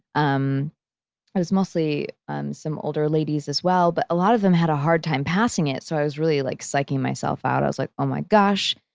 um i was mostly um some older ladies as well but a lot of them had a hard time passing it. so, i was really like psyching myself out. i was like, oh my gosh.